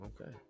Okay